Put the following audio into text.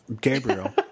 Gabriel